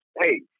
hey